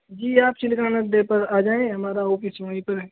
جی آپ چلکان اڈے پر آ جائیں ہمارا آفس وہیں پر ہے